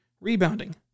rebounding